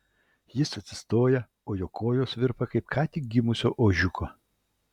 jis atsistoja o jo kojos virpa kaip ką tik gimusio ožiuko